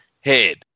head